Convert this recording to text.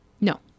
No